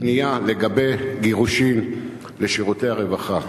פנייה לגבי גירושים לשירותי הרווחה: